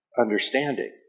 understanding